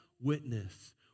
witness